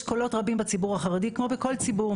יש קולות רבים בציבור החרדי כמו בכל ציבור,